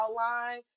outline